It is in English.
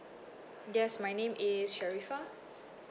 yes my name is sharifah